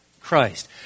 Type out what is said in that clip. Christ